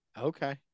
okay